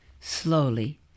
Slowly